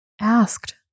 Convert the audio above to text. asked